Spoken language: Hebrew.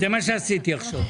זה מה שעשיתי עכשיו.